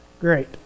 Great